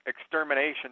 extermination